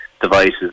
devices